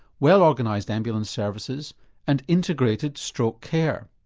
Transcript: well organised ambulance services and integrated stroke care.